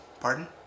Pardon